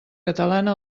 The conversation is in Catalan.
catalana